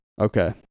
Okay